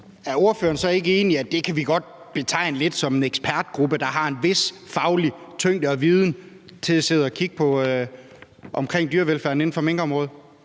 er ordføreren så ikke enig i, at det kan vi godt betegne lidt som en ekspertgruppe, der har en vis faglig tyngde og viden i forhold til at sidde og kigge på dyrevelfærden inden for minkområdet?